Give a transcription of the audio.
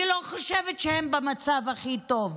אני לא חושבת שהם במצב הכי טוב.